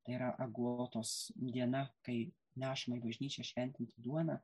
tai yra agotos diena kai nešama į bažnyčią šventinti duoną